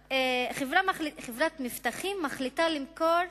חברת "מבטחים" מחליטה למכור,